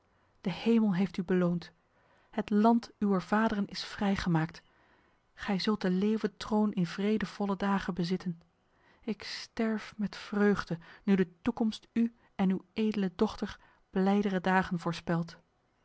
de hemel heeft u beloond het land uwer vaderen is vrijgemaakt gij zult de leeuwentroon in vredevolle dagen bezitten ik sterf met vreugde nu de toekomst u en uw edele dochter blijdere dagen voorspelt